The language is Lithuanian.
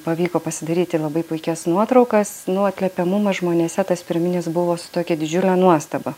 pavyko pasidaryti labai puikias nuotraukas nu atliepiamumas žmonėse tas pirminis buvo su tokia didžiule nuostaba